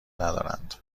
ندارند